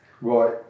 Right